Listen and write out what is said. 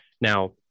now